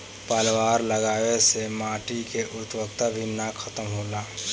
पलवार लगावे से माटी के उर्वरता भी ना खतम होला